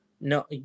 No